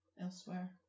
elsewhere